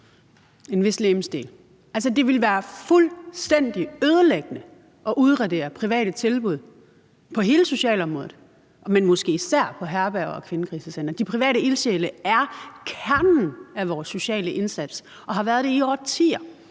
det ville være fuldstændig ødelæggende at udradere private tilbud på hele socialområdet, men måske især herberger og kvindekrisecentre. De private ildsjæle er kernen af vores sociale indsats og har været det i årtier,